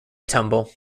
tumble